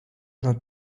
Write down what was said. not